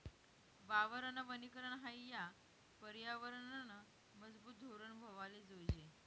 वावरनं वनीकरन हायी या परयावरनंनं मजबूत धोरन व्हवाले जोयजे